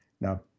Now